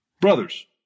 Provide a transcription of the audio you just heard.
Brothers